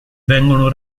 vengono